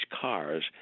cars